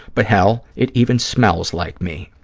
but hell, it even smells like me.